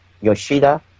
Yoshida